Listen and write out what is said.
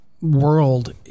world